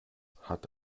hat